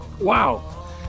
wow